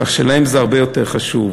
כך שלהם זה הרבה יותר חשוב.